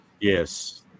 Yes